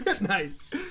Nice